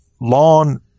lawn